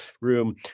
room